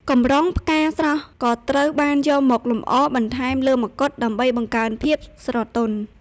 កម្រងផ្កាស្រស់ក៏ត្រូវបានយកមកលម្អបន្ថែមលើមកុដ ដើម្បីបង្កើនភាពស្រទន់។